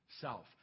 self